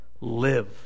Live